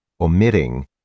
omitting